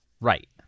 Right